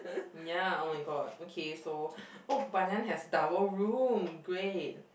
ya [oh]-my-god okay so oh Banyan has towel room great